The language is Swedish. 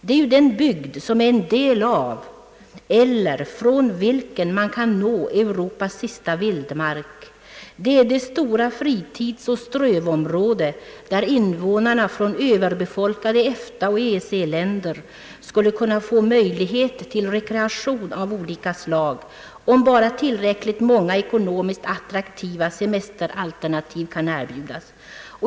Det är ju den bygd som är en del av eller från vilken man kan nå Europas sista vildmark. Det är det stora fritidsoch strövområdet, där invånarna från överbefolkade EFTA och EEC-länder skulle kunna få möjlighet till rekreation av olika slag — om bara tillräckligt många ekonomiskt attraktiva semesteralternativ kan erbjudas.